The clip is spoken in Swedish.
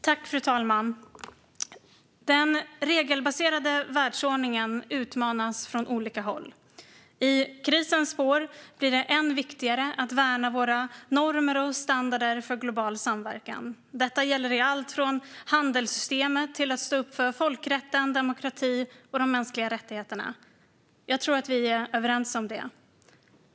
Fru talman! Den regelbaserade världsordningen utmanas från olika håll. I krisens spår blir det ännu viktigare att värna våra normer och standarder för global samverkan. Detta gäller i allt från handelssystemet till att stå upp för folkrätten, demokrati och mänskliga rättigheter. Jag tror att vi är överens om det.